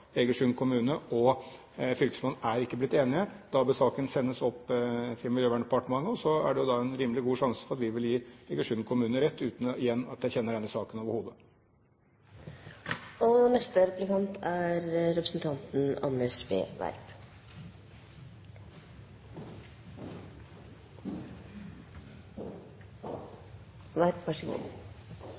Egersund kommune og fylkesmannen er ikke blitt enige. Da bør saken sendes til Miljøverndepartementet, og så er det en rimelig god sjanse for at vi vil gi Egersund kommune rett, uten – igjen – at jeg kjenner denne saken overhodet. Det er et påfallende trekk ved debatten at når regjeringspartiene og